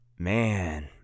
Man